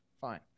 Fine